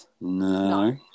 No